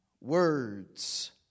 Words